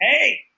hey